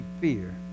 fear